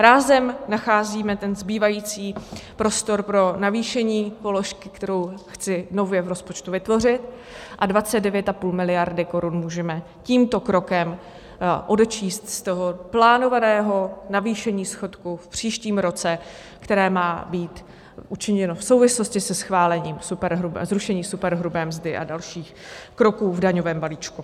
Rázem nacházíme ten zbývající prostor pro navýšení položky, kterou chci nově v rozpočtu vytvořit, a 29,5 mld. korun můžeme tímto krokem odečíst z toho plánovaného navýšení schodku v příštím roce, které má být učiněno v souvislosti se schválením zrušení superhrubé mzdy a dalších kroků v daňovém balíčku.